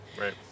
Right